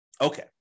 Okay